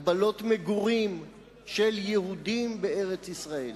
הגבלות מגורים של יהודים בארץ-ישראל.